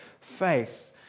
faith